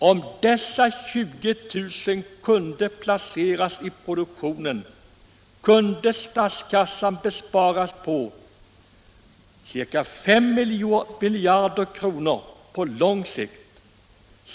Om dessa 20 000 kunde placeras i produktionen kunde statskassan besparas 5 miljarder kronor på lång sikt.